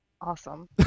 Awesome